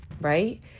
right